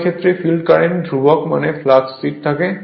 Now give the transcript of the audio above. উভয় ক্ষেত্রেই field current ধ্রুবক মানে ফ্লাক্স স্থির থাকে